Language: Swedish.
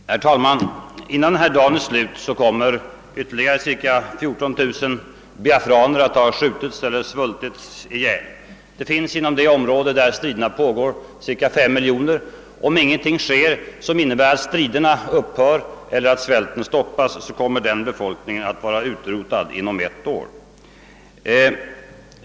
Herr talman! Innan denna dag är slut kommer ytterligare cirka 14000 biafraner att ha skjutits eller svultit ihjäl. Inom det område där striderna pågår finns omkring 5 miljoner människor. Om ingenting sker som innebär att striderna upphör eller att svälten stoppas, kommer denna befolkning att vara utrotad inom ett år.